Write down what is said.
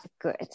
good